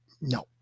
no